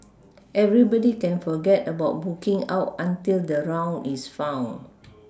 everybody can forget about booking out until the round is found